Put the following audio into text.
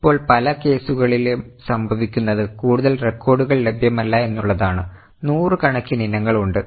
ഇപ്പോൾ പല കേസുകളിലും സംഭവിക്കുന്നത് കൂടുതൽ റെക്കോർഡുകൾ ലഭ്യമല്ല എന്നുള്ളതാണ് നൂറുകണക്കിന് ഇനങ്ങൾ ഉണ്ട്